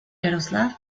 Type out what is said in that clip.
yaroslav